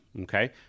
Okay